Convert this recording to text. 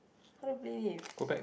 how to play this